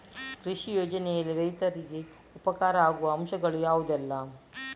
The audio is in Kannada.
ಕೃಷಿ ಯೋಜನೆಯಲ್ಲಿ ರೈತರಿಗೆ ಉಪಕಾರ ಆಗುವ ಅಂಶಗಳು ಯಾವುದೆಲ್ಲ?